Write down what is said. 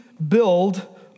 build